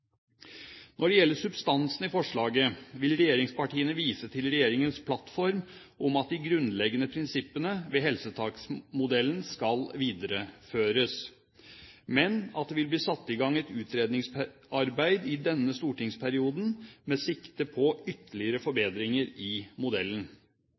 Når det gjelder substansen i forslaget, vil regjeringspartiene vise til regjeringens plattform om at de grunnleggende prinsippene ved helseforetaksmodellen skal videreføres, men at det vil bli satt i gang et utredningsarbeid i denne stortingsperioden med sikte på ytterligere